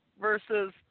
versus